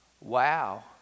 Wow